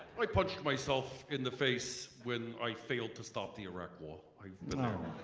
i punched myself in the face when i failed to stop the iraq war. i you know